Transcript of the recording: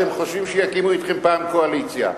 אתם חושבים שיקימו אתכם פעם קואליציה.